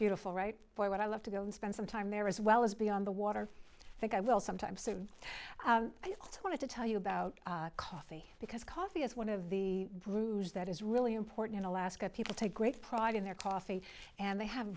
beautiful right by what i love to go and spend some time there as well as be on the water i think i will sometime soon i want to tell you about coffee because coffee is one of the brews that is really important in alaska people take great pride in their coffee and they have